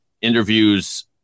interviews